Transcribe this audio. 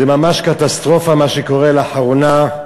זה ממש קטסטרופה מה שקורה לאחרונה,